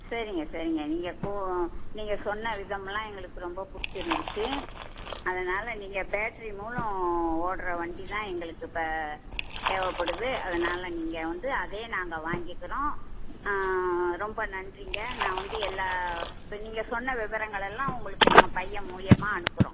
சரிங்க சரிங்க நீங்கள் கோ நீங்கள் சொன்ன விதம் எல்லாம் எங்களுக்கு ரொம்ப பிடிச்சி இருந்துச்சு அதனால் நீங்கள் பேட்ரி மூலம் ஓடுற வண்டிதான் எங்களுக்கு இப்போ தேவைப்படுது அதனால் நீங்கள் வந்து அதையே நாங்கள் வாங்கிக்குறோம் ரொம்ப நன்றிங்க நான் வந்து எல்லா இப்போ நீங்கள் சொன்ன விவரங்கள எல்லாம் உங்களுக்கு எங்கள் பையன் மூலிமா அனுப்புகிறோம்